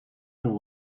know